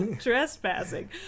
trespassing